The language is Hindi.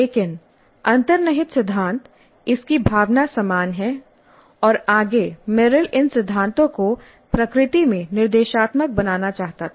लेकिन अंतर्निहित सिद्धांत इसकी भावना समान है और आगे मेरिल इन सिद्धांतों को प्रकृति में निर्देशात्मक बनाना चाहता था